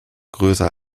größer